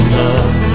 love